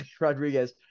Rodriguez –